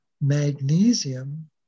magnesium